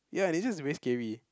ya is just very scary